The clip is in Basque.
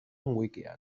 wikian